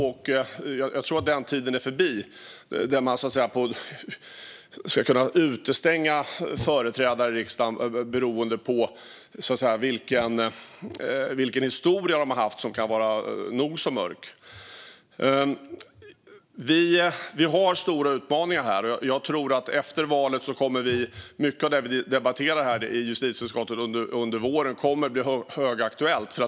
Jag tror att den tiden är förbi när man kunde utestänga företrädare i riksdagen beroende på vilken historia de har haft, även om den kan vara nog så mörk. Vi har stora utmaningar, och efter valet kommer nog mycket av det vi nu debatterar i justitieutskottet att bli högaktuellt.